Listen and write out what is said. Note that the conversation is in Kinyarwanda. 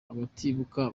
abatibuka